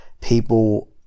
people